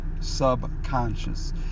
subconscious